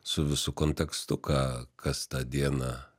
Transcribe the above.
su visu kontekstu ką kas tą dieną